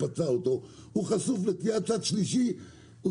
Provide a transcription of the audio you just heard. פצע אותו חשוף לתביעת צד שלישי של מיליונים,